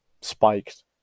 spiked